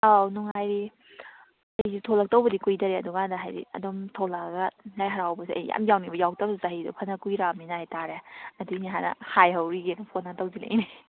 ꯑꯥꯎ ꯅꯨꯡꯉꯥꯏꯔꯤ ꯑꯩꯁꯨ ꯊꯣꯂꯛꯇꯧꯕꯨꯗꯤ ꯀꯨꯏꯗ꯭ꯔꯦ ꯑꯗꯨꯝꯀꯥꯟꯗ ꯍꯥꯏꯗꯤ ꯑꯗꯨꯝ ꯊꯣꯂꯛꯑꯒ ꯂꯥꯏ ꯍꯔꯥꯎꯕꯁꯦ ꯑꯩ ꯌꯥꯝ ꯌꯥꯎꯅꯤꯡꯕ ꯌꯥꯎꯗꯕꯁꯨ ꯆꯍꯤꯗꯣ ꯐꯅ ꯀꯨꯏꯔꯛꯑꯃꯤꯅ ꯍꯥꯏꯇꯥꯔꯦ ꯑꯗꯨꯏꯅꯦ ꯍꯥꯟꯅ ꯍꯥꯏꯍꯧꯈꯤꯒꯦꯅ ꯐꯣꯟ ꯍꯥꯟꯅ ꯇꯧꯖꯔꯛꯏꯅꯦ